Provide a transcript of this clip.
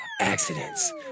accidents